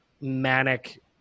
manic